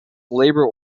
labor